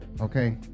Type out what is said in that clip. okay